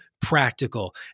practical